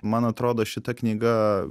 man atrodo šita knyga